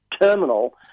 terminal